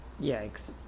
Yikes